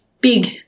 big